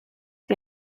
wie